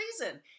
reason